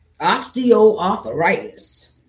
osteoarthritis